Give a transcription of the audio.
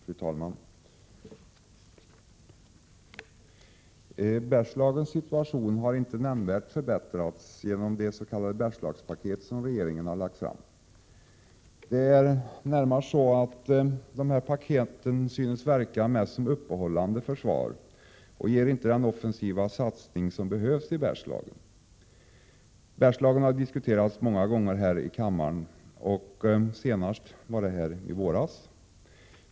Fru talman! Bergslagens situation har inte nämnvärt förbättrats genom regeringens s.k. Bergslagspaket. De olika ”paketen” synes verka mest som uppehållande försvar och ger inte den offensiva satsning som behövs. Bergslagen har diskuterats många gånger i kammaren, senast i våras.